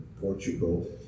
Portugal